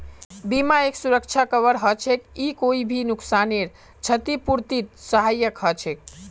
बीमा एक सुरक्षा कवर हछेक ई कोई भी नुकसानेर छतिपूर्तित सहायक हछेक